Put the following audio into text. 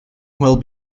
will